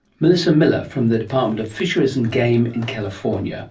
melissa miller from the department of fisheries and game in california